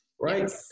Right